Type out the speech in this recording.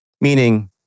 meaning